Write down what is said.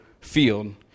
field